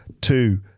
two